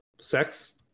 sex